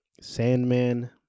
Sandman